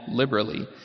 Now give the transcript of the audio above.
liberally